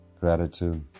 gratitude